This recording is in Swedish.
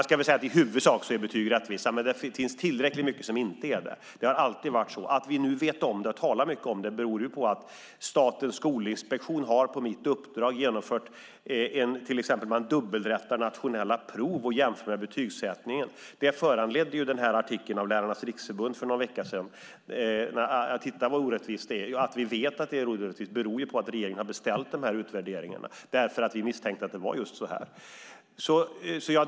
I huvudsak är betyg rättvisa, men där finns mycket som inte är det. Så har det alltid varit. Att vi nu vet om det, och talar mycket om det, beror på att Statens skolinspektion på mitt uppdrag till exempel dubbelrättat nationella prov och jämfört betygssättningen. Det föranledde artikeln från Lärarnas Riksförbund för någon vecka sedan där de påpekade hur orättvist det är. Att regeringen beställde utvärderingarna berodde på att vi misstänkte att det var orättvist.